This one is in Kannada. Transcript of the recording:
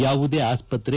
ಯಾವುದೇ ಆಸ್ತ್ರೆ